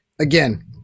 again